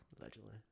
Allegedly